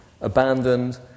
abandoned